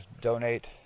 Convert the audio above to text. donate